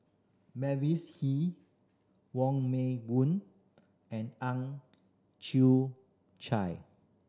Mavis Hee Wong Meng Voon and Ang Chwee Chai